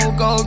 go